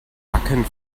wacken